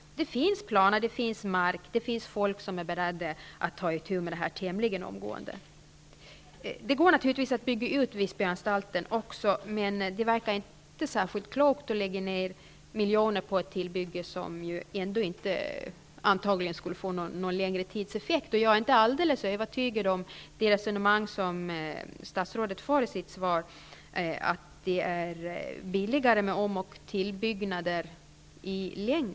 Det finns planer, det finns mark, och det finns folk som är beredda att ta itu med detta tämligen omgående. Det går naturligtvis också att bygga ut Visbyanstalten, men det verkar inte särskilt klokt att lägga ned miljoner på ett tillbygge, som antagligen ändå inte skulle fungera någon längre tid. Jag är heller inte alldeles övertygad om det resonemang som statsrådet för i sitt svar, nämligen att det i längden är billigare med om och tillbyggnader.